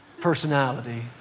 personality